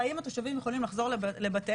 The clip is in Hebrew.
האם התושבים יכולים לחזור לבתיהם,